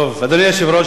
אדוני היושב-ראש,